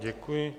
Děkuji.